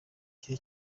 gihe